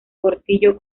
portillo